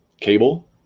cable